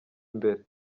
imbere